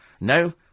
No